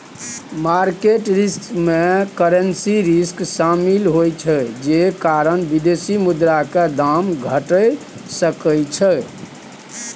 market risk में currency risk शामिल होइ छइ जे कारण विदेशी मुद्रा के दाम घइट सकइ छइ